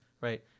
right